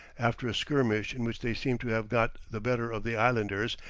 after a skirmish, in which they seemed to have got the better of the islanders,